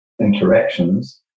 interactions